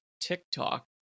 TikTok